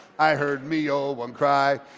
i heard me ol' one cry.